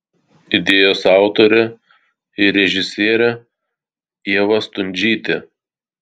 idėjos autorė ir režisierė ieva stundžytė